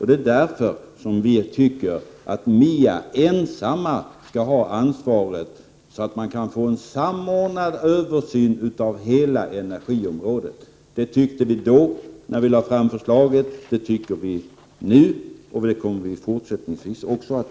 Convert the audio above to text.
Det är därför vi tycker att MIA ensamt skall ha ansvaret, så att en samordnad översyn av hela energiområdet kan uppnås. Det tyckte vi då, när vi lade fram förslaget. Det tycker vi nu och det kommer vi också fortsättningsvis att tycka.